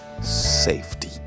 safety